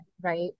right